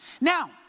Now